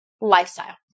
lifestyle